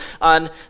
on